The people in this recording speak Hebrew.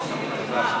הביניים?